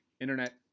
internet